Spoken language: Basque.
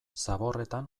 zaborretan